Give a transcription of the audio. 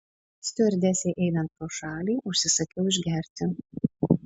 stiuardesei einant pro šalį užsisakiau išgerti